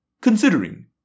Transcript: considering